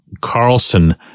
Carlson